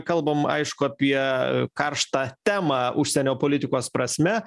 kalbam aišku apie karštą temą užsienio politikos prasme